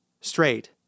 Straight